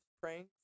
pranks